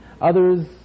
Others